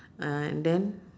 uh and then